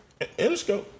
Interscope